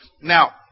Now